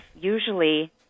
usually